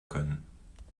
können